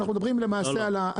לא, רגע, שנייה, שנייה.